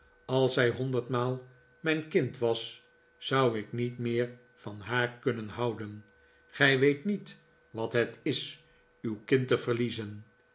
als zij honderdmaal mijn kind was zou ik niet meer van haar kunnen houden gij weet niet wat het is uw kind te verliezen